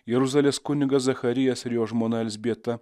jeruzalės kunigas zacharijas ir jo žmona elzbieta